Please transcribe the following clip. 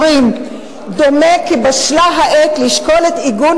אומרים: "דומה כי בשלה העת לשקול את עיגון